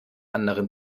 anderen